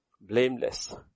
Blameless